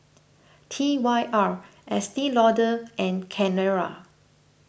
T Y R Estee Lauder and Carrera